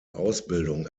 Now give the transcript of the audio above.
ausbildung